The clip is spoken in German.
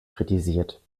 kritisiert